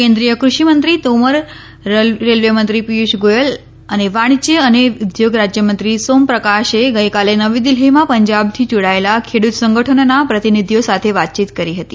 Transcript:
કેન્દ્રીય ક઼ષિ મંત્રી તોમર રેલવે મંત્રી પીયૂષ ગોયલ અને વાણિજ્ય અને ઉદ્યોગ રાજ્યમંત્રી સોમપ્રકાશે ગઇકાલે નવી દિલ્હીમાં પંજાબથી જોડાયેલા ખેડૂત સંગઠનોના પ્રતિનિધિઓ સાથે વાતચીત કરી હતી